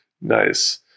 nice